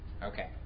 Okay